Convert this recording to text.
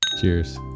Cheers